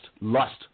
lust